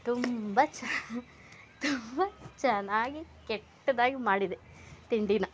ತುಂಬ ಚೆ ತುಂಬ ಚೆನ್ನಾಗಿ ಕೆಟ್ಟದಾಗಿ ಮಾಡಿದೆ ತಿಂಡಿನ